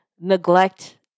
neglect